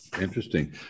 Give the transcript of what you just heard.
Interesting